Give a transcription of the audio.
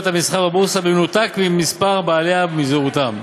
המסחר בבורסה במנותק ממספר בעליה ומזהותם.